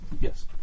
Yes